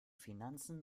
finanzen